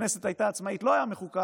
והכנסת הייתה עצמאית, לא מחוקק,